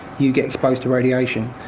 you get exposed to radiation.